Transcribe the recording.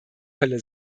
hölle